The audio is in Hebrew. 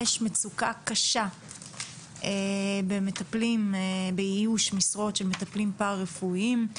יש מצוקה קשה במטפלים באיוש משרות של מטפלים פרא רפואיים,